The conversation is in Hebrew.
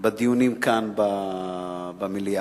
בדיונים כאן, במליאה.